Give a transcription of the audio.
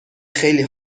خیلی